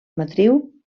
matriu